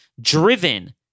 driven